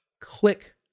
Click